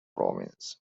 province